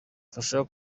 fasha